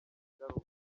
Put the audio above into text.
ingaruka